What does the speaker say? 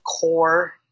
core